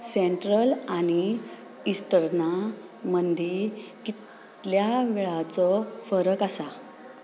central आनी इस्टर्ना मदी कितल्या वेळाचो फरक आसा